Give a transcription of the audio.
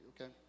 okay